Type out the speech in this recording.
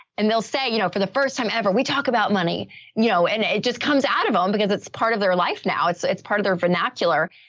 and they'll say, you know, for the first time ever, we talk about money, you know, and it just comes out of them um because it's part of their life now. it's it's part of their vernacular.